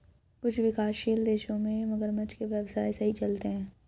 कुछ विकासशील देशों में मगरमच्छ के व्यवसाय सही चलते हैं